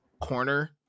corner